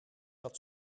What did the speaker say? dat